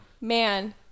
Man